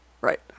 Right